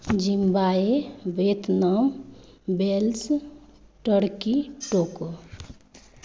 Zimbabwe Vietnam Wales Turkey Tokyo